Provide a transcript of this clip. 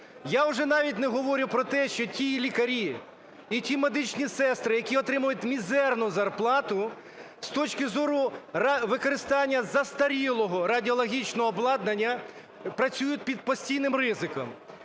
Я вже навіть не говорю про те, що ті лікарі і ті медичні сестри, які отримають мізерну зарплату з точки зору використання застарілого радіологічного обладнання, працюють під постійним ризиком.